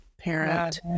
parent